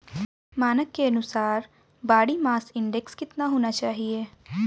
मानक के अनुसार बॉडी मास इंडेक्स कितना होना चाहिए?